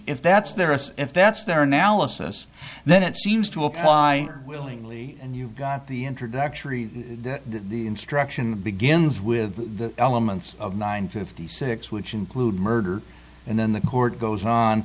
if that's their us if that's their analysis then it seems to apply willingly and you've got the introductory the instruction begins with the elements of nine fifty six which include murder and then the court goes on